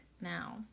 now